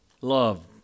love